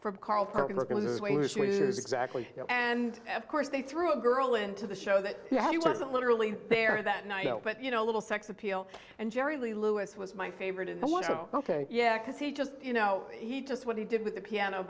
his exactly and of course they threw a girl into the show that he wasn't literally there that night but you know a little sex appeal and jerry lee louis was my favorite in the world so ok yeah because he just you know he just what he did with the piano